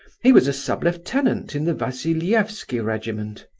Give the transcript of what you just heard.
he was a sub-lieutenant in the vasiliefsky regiment.